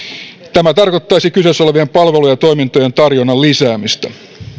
tämä tarkoittaisi kyseessä olevien palvelujen ja toimintojen tarjonnan lisäämistä